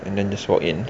and then just walk in